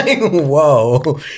whoa